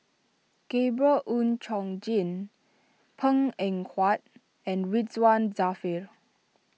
Gabriel Oon Chong Jin Png Eng Huat and Ridzwan Dzafir